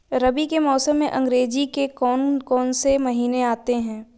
रबी के मौसम में अंग्रेज़ी के कौन कौनसे महीने आते हैं?